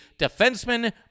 defenseman